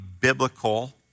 biblical